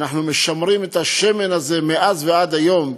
אנחנו משמרים את השמן הזה מאז ועד היום,